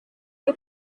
che